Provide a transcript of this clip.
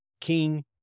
King